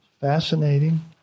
Fascinating